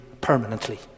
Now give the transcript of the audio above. permanently